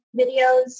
videos